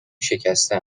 شکسته